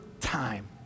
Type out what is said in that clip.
time